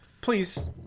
Please